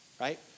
right